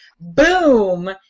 boom